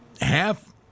half